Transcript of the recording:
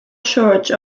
church